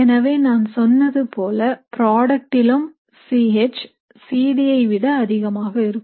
எனவே நான் சொன்னது போல ப்ராடக்ட்டிலும் C H C D ஐ விட அதிகமாக இருக்கும்